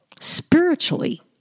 spiritually